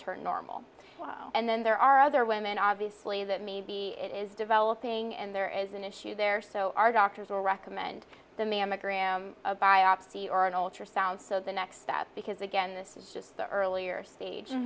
turn normal and then there are other women obviously that maybe it is developing and there is an issue there so our doctors will recommend the mammogram a biopsy or an ultrasound so the next that's because again this is just the earlier stage